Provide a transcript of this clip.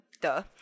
Duh